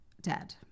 dead